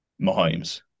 Mahomes